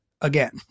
again